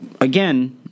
again